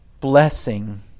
blessing